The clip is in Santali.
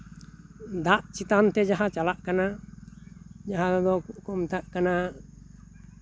ᱫᱟᱜ ᱪᱮᱛᱟᱱ ᱛᱮ ᱡᱟᱦᱟᱸ ᱪᱟᱞᱟᱜ ᱠᱟᱱᱟ ᱡᱟᱦᱟᱸ ᱫᱚᱠᱚ ᱢᱮᱛᱟᱜ ᱠᱟᱱᱟ